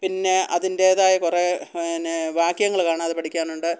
പിന്നെ അതിൻ്റേതായ കുറേ പിന്നേ വാക്യങ്ങൾ കാണാതെ പഠിക്കാനുണ്ട്